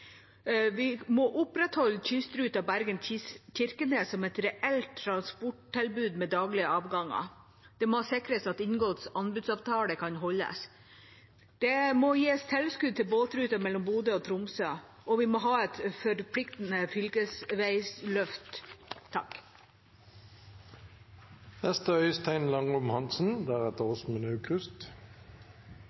Vi må opprettholde kystruten Bergen–Kirkenes som et reelt transporttilbud med daglige avganger. Det må sikres at inngått anbudsavtale kan holdes. Det må gis tilskudd til båtruter mellom Bodø og Tromsø, og vi må ha et forpliktende